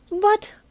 But